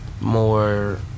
More